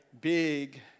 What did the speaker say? big